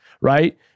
right